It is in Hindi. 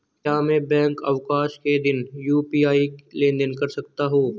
क्या मैं बैंक अवकाश के दिन यू.पी.आई लेनदेन कर सकता हूँ?